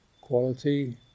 quality